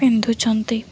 ପିନ୍ଧୁଛନ୍ତି